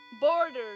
borders